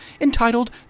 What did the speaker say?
entitled